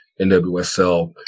NWSL